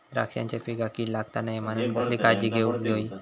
द्राक्षांच्या पिकांक कीड लागता नये म्हणान कसली काळजी घेऊक होई?